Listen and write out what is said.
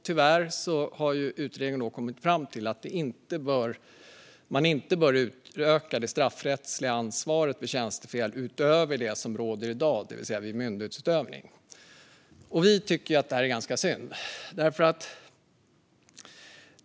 Tyvärr har utredningen kommit fram till att man inte bör utöka det straffrättsliga ansvaret för tjänstefel utöver det som gäller i dag, det vill säga vid myndighetsutövning. Vi tycker att detta är ganska synd.